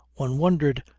one wondered.